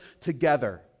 together